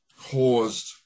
caused